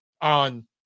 on